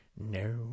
No